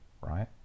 right